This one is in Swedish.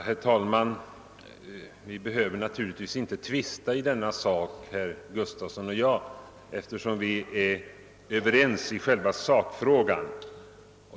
Herr talman! Herr Gustafson i Göteborg och jag behöver inte tvista i denna sak, eftersom vi är ense i själva sakfrågan.